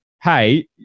hey